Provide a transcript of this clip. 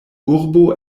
urbo